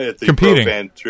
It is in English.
Competing